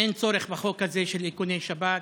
אין צורך בחוק הזה של איכוני שב"כ,